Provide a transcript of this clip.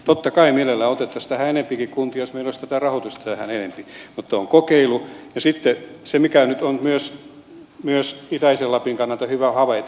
totta kai mielellään otettaisiin tähän enempikin kuntia jos meillä olisi tätä rahoitusta tähän enempi mutta tämä on kokeilu ja se mikä nyt on myös itäisen lapin kannalta hyvä havaita